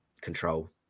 control